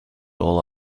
all